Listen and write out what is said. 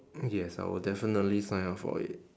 yes I will definitely sign up for it